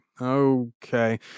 okay